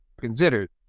considered